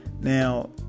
Now